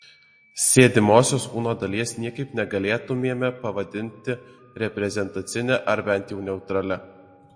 sėdimosios kūno dalies niekaip negalėtumėme pavadinti reprezentacine ar bent jau neutralia